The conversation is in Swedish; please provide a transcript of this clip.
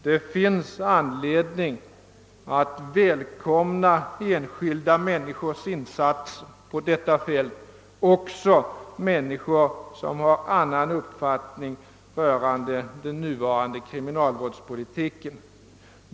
Det är all anledning att välkomna enskilda människors insatser på detta fält, även om vederbörande har en uppfattning som skiljer sig från den nuvarande kriminalvårdspolitiken.